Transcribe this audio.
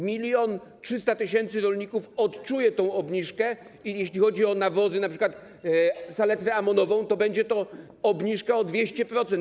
1300 tys. rolników odczuje tą obniżkę i jeśli chodzi o nawozy, np. saletrę amonową, to będzie to obniżka o 200%.